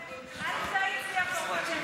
אבל הוא מציע מנגנון אחר.